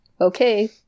Okay